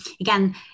again